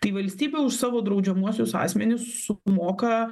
tai valstybė už savo draudžiamuosius asmenis sumoka